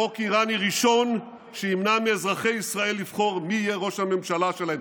חוק איראני ראשון שימנע מאזרחי ישראל לבחור מי יהיה ראש הממשלה שלהם,